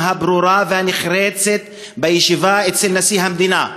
הברורה והנחרצת בישיבה אצל נשיא המדינה.